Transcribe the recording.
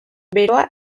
beroa